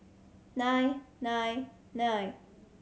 nine nine nine